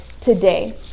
today